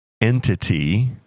entity